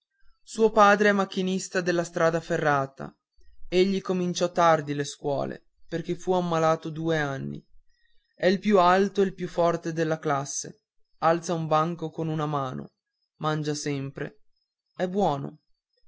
suo padre è macchinista della strada ferrata egli cominciò tardi le scuole perché fu malato due anni è il più alto e il più forte della classe alza un banco con una mano mangia sempre è buono